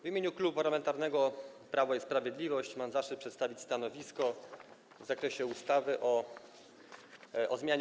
W imieniu Klubu Parlamentarnego Prawo i Sprawiedliwość mam zaszczyt przedstawić stanowisko wobec ustawy o zmianie